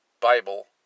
Bible